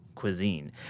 cuisine